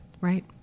Right